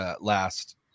last